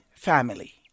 family